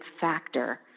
factor